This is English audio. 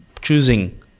choosing